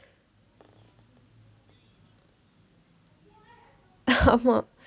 ஆமா:aamaa